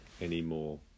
anymore